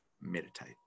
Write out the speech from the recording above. meditate